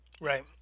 Right